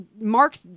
mark